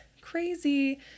crazy